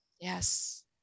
Yes